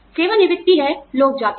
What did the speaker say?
सेवानिवृत्ति है लोग जाते हैं